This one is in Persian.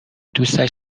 دوستش